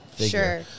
sure